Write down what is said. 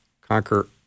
conquer